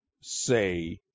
say